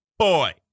Boy